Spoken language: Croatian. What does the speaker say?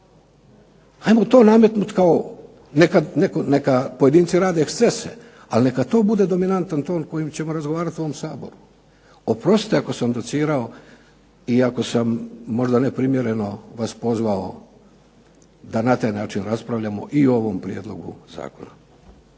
Ajmo to nametnut kao neka pojedinci rade ekscese, ali neka to bude dominantan ton kojim ćemo razgovarati u ovom Saboru. Oprostite ako sam docirao i ako sam možda neprimjereno vas pozvao da na taj način raspravljamo i o ovom prijedlogu zakona.